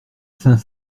cinq